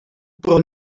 pro